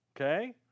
Okay